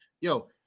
Yo